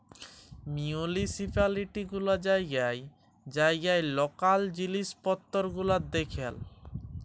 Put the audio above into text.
municipality গুলা জাইগায় জাইগায় লকাল জিলিস পত্তর গুলা দ্যাখেল